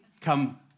come